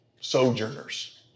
sojourners